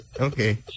Okay